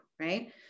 right